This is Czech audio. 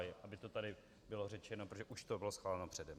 Jen aby to tady bylo řečeno, protože už to bylo schváleno předem.